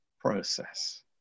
process